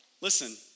listen